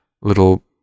little